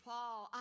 Paul